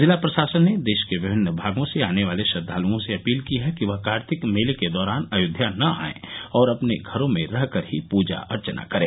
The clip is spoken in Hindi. जिला प्रशासन ने देश के विभिन्न भागों से आने वाले श्रद्वाल्ओं से अपील की है कि वह कार्तिक मेले के दौरान अयोध्या न आयें और अपने घरों में रह कर ही पूजा अर्वना करे